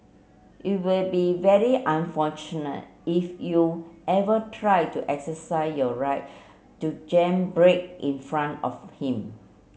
it will be very unfortunate if you ever try to exercise your right to jam brake in front of him